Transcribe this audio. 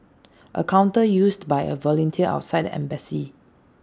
A counter used by A volunteer outside the embassy